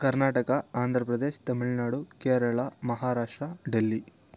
Karnataka Andhra Pradesh Tamil Nadu Kerala Maharashtra Delhi